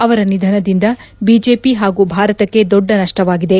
ಅವರ ನಿಧನದಿಂದ ಬಿಜೆಪಿ ಪಾಗೂ ಭಾರತಕ್ಕೆ ದೊಡ್ಡ ನಷ್ಷವಾಗಿದೆ